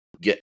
get